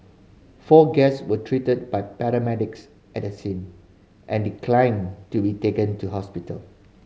four guests were treated by paramedics at the scene and declined to be taken to hospital